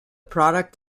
product